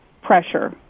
pressure